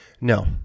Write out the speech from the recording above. no